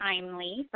timely